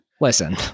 Listen